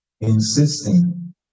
insisting